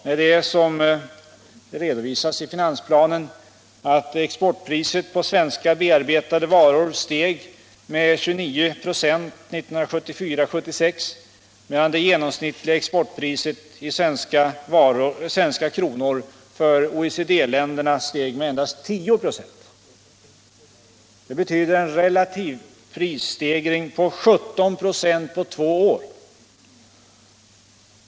I finansplanen redovisas att exportpriset på svenska bearbetade varor steg med 29 96 åren 1974-1976, medan det genomsnittliga exportpriset i svenska kronor för OECD-länderna steg med endast 10 8. Det betyder en relativ prisstegring på 17 96 under två år.